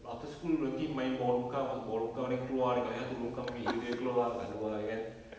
after school nanti main bawah longkang masuk bawah longkang then keluar dekat lagi satu punya longkang punya area keluar kat luar jer kan